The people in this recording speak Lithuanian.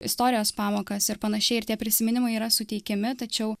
istorijos pamokas ir panašiai ir tie prisiminimai yra suteikiami tačiau